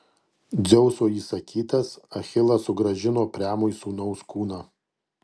dzeuso įsakytas achilas sugrąžino priamui sūnaus kūną